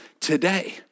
today